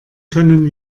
können